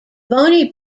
bony